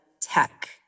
tech